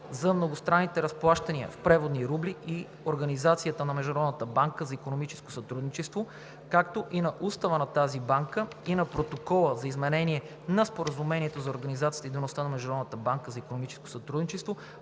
за многостранните разплащания в преводни рубли и организацията на Международната банка за икономическо сътрудничество, както и на Устава на тази банка и на Протокола за изменение на Споразумението за организацията и дейността на Международната банка за икономическо сътрудничество